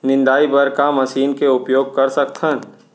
निंदाई बर का मशीन के उपयोग कर सकथन?